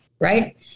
right